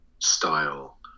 style